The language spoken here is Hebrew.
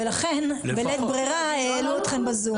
ולכן בלית ברירה העלו אתכם בזום.